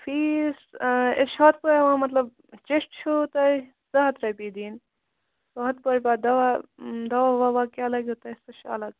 fees أسۍ چھِ ہُتھ پٲٹھۍ ہٮ۪وان مَطلَب ژے چھُ تۄہہِ زٕ ہَتھ رۄپیہِ دِنۍ ہُتھ پٲٹھۍ پَتہٕ دوا دَوا وَوا کیاہ لَگہِ وٕ تۄہہِ سُہ چھُ اَلگ